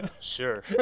sure